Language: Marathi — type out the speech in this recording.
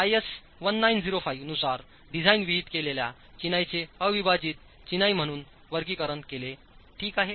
आयएस 1905 नुसार डिझाइन विहित केलेल्या चिनाईचे अविभाजित चिनाई म्हणून वर्गीकरण केले ठीक आहे